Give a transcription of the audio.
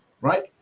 Right